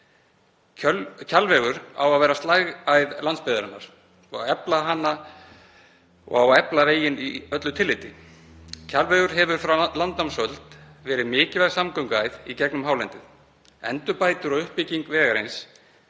Kjalvegur á að vera slagæð landsbyggðarinnar og efla hana og efla á veginn í öllu tilliti. Kjalvegur hefur frá landnámsöld verið mikilvæg samgönguæð í gegnum hálendið. Endurbætur og uppbygging vegarins